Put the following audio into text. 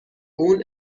اون